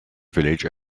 village